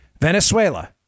venezuela